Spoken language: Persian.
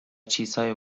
چیزهای